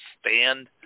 stand